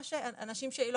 באנשים שלא